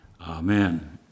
amen